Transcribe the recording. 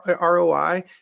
ROI